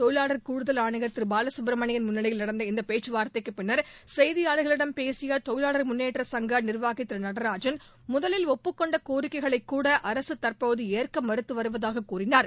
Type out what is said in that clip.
தொழிலாளர் கூடுதல் ஆணையர் திரு பாலகுப்பிரமணியன் முன்னிலையில் நடந்த இந்த பேச்சு வார்த்தைக்குப் பின்னர் செய்தியாளர்களிடம் பேசிய தொழிலாளர் முன்னேற்ற சங்க நிர்வாகி திரு நடராஜன் முதலில் ஒப்புக் கொண்ட கோரிக்கைகளைக் கூட அரசு தற்போது ஏற்க மறுத்து வருவதாகக் கூறினார்